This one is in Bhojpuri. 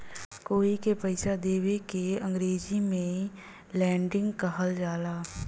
कोई के पइसा देवे के अंग्रेजी में लेंडिग कहल जाला